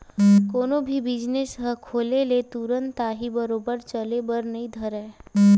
कोनो भी बिजनेस ह खोले ले तुरते ताही बरोबर चले बर नइ धरय